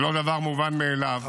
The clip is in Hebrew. זה לא דבר מובן מאליו.